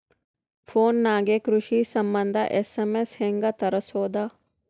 Phone ನಾಗೆ ಕೃಷಿ ಸಂಬಂಧ ಎಸ್.ಎಮ್.ಎಸ್ ಹೆಂಗ ತರಸೊದ?